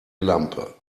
lampe